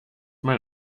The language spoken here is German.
mein